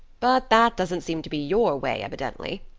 but that doesn't seem to be your way evidently.